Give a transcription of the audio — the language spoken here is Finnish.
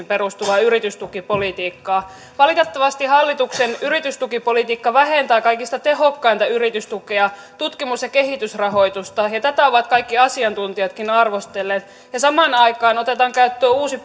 perustuvaa yritystukipolitiikkaa valitettavasti hallituksen yritystukipolitiikka vähentää kaikista tehokkainta yritystukea tutkimus ja kehitysrahoitusta tätä ovat kaikki asiantuntijatkin arvostelleet ja samaan aikaan otetaan käyttöön uusi